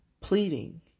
pleading